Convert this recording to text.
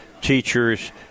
teachers